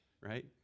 right